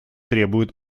требуют